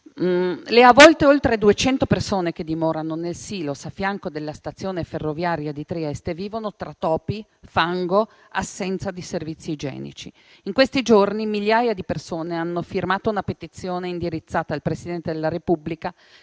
Le oltre 200 persone che dimorano nel Silos a fianco della stazione ferroviaria di Trieste vivono tra topi, fango e in assenza di servizi igienici. In questi giorni migliaia di persone hanno firmato una petizione indirizzata al Presidente della Repubblica